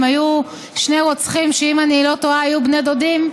הם היו שני רוצחים שאם אני לא טועה היו בני דודים,